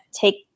take